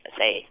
say